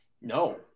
no